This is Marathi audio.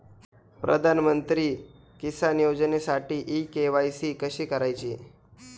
प्रधानमंत्री किसान योजनेसाठी इ के.वाय.सी कशी करायची?